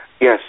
Yes